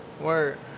Word